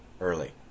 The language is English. early